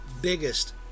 biggest